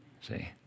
See